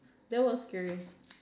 there was scary